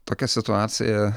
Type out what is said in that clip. tokia situacija